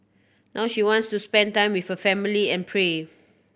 now she wants to spend time with her family and pray